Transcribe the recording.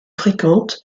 fréquente